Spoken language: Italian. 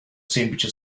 semplice